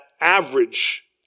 average